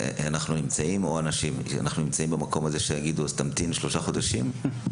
האם יהיה מצב שיגידו להם להמתין שלושה חודשים?